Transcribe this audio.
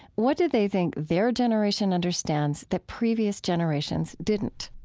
what do they think their generation understands that previous generations didn't?